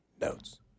Notes